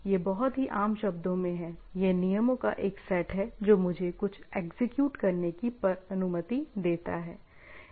यह बहुत ही आम शब्दों में है यह नियमों का एक सेट है जो मुझे कुछ एग्जीक्यूट करने की अनुमति देता है